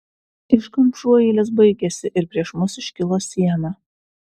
iškamšų eilės baigėsi ir prieš mus iškilo siena